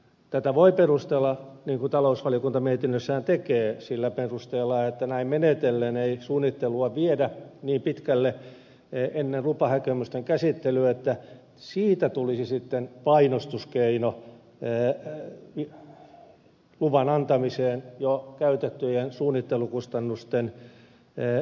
tätä voi perustella niin kuin talousvaliokunta mietinnössään tekee sillä että näin menetellen ei suunnittelua viedä niin pitkälle ennen lupahakemusten käsittelyä että siitä tulisi sitten painostuskeino luvan antamiseen jo käytettyjen suunnittelukustannusten peittämiseksi